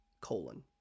colon